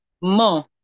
More